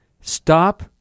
Stop